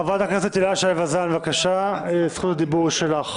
חברת הכנסת הילה שי וזאן, בבקשה, זכות הדיבור שלך.